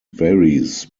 varies